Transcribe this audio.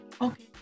okay